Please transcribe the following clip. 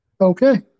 Okay